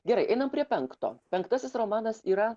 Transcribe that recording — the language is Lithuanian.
gerai einam prie penkto penktasis romanas yra